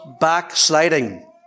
backsliding